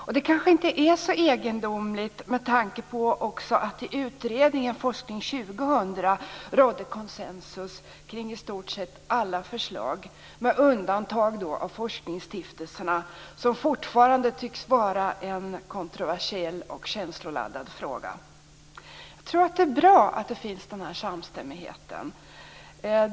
Det är kanske inte så egendomligt med tanke på att det i utredningen Forskning 2000 råder konsensus kring i stort sett alla förslag, med undantag av forskningsstiftelserna som fortfarande tycks vara en kontroversiell och känsloladdad fråga. Jag tror att den här samstämmigheten är bra.